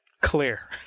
Clear